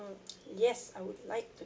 yes I would like to